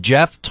Jeff